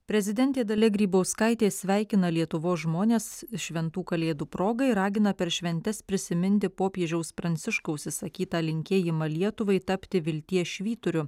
prezidentė dalia grybauskaitė sveikina lietuvos žmones šventų kalėdų proga ir ragina per šventes prisiminti popiežiaus pranciškaus išsakytą linkėjimą lietuvai tapti vilties švyturiu